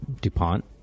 DuPont